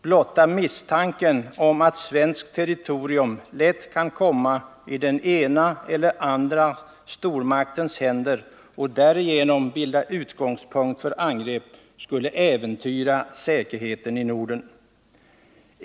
Blotta misstanken om att svenskt territorium lätt kan komma i den ena eller andra stormaktens händer och därigenom bilda utgångspunkt för angrepp skulle äventyra säkerheten i Norden.